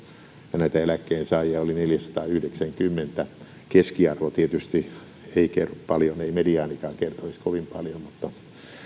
ja näitä eläkkeensaajia oli neljäsataayhdeksänkymmentä keskiarvo tietysti ei kerro paljon ei mediaanikaan kertoisi kovin paljon mutta